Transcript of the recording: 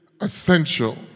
essential